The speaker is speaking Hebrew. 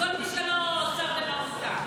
כל מי שלא סר למרותם.